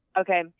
Okay